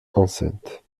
enceinte